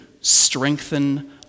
strengthen